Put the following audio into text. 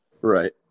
Right